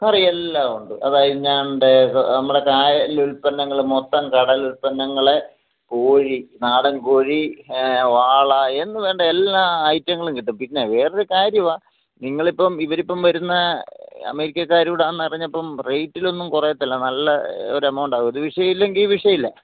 കറി എല്ലാം ഉണ്ട് അതായത് ഞണ്ട് നമ്മുടെ കായലിലെ ഉല്പന്നങ്ങള് മൊത്തം കടൽ ഉല്പന്നങ്ങൾ കോഴി നാടന് കോഴി വാള എന്ന് വേണ്ട എല്ലാ ഐറ്റങ്ങളും കിട്ടും പിന്നെ വേറെയൊരു കാര്യമാണ് നിങ്ങളിപ്പം ഇവരിപ്പം വരുന്ന അമേരിക്കക്കാർ കൂടെ ആണെന്നറിഞ്ഞപ്പം റേറ്റിലൊന്നും കുറയില്ല നല്ല ഒരു എമൗണ്ട് ആകും അത് വിഷയം ഇല്ലെങ്കിൽ വിഷയമില്ല